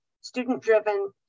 student-driven